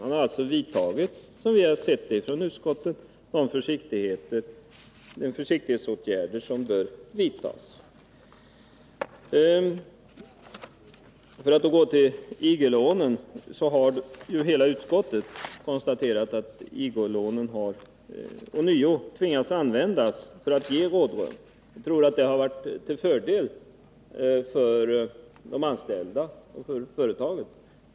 Han har alltså, som utskottet har sett det, vidtagit de försiktighetsåtgärder som bör vidtas. För att så gå till IG-lånen har hela utskottet konstaterat att man ånyo tvingats använda IG-lånen för att ge rådrum. Jag tror att det har varit till fördel för de anställda och för företaget.